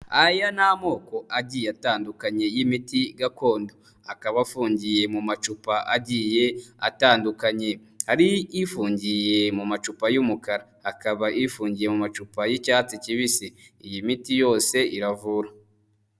Aya ni amoko agiye atandukanye y'imiti gakondo, akaba afungiye mu macupa agiye atandukanye hari ifungiye mu macupa y'umukara, akaba ifungiye mu macupa y'icyatsi kibisi, iyi miti yose iravura.